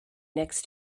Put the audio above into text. next